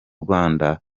rwanda